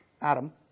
Adam